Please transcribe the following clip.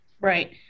right